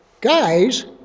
guys